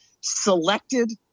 selected